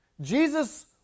Jesus